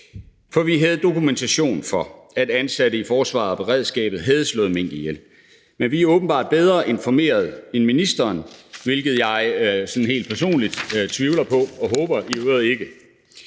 For vi havde dokumentation for, at ansatte i forsvaret og beredskabet havde slået mink ihjel, men vi er åbenbart bedre informeret end ministeren, hvilket jeg sådan helt personligt tvivler på og i øvrigt ikke